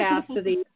capacity